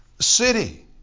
city